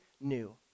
new